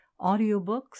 audiobooks